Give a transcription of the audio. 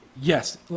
yes